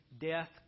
death